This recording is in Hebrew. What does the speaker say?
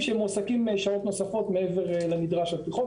שטוענים שהם מועסקים שעות נוספות מעבר לנדרש בחוק.